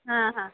हां हां